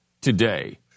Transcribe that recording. today